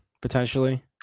potentially